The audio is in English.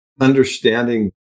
understanding